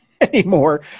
anymore